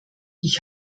ich